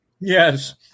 Yes